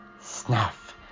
Snuff